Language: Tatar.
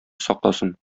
сакласын